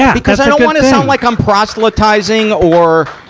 yeah because i don't wanna sound like i'm proselytizing or,